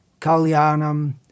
kalyanam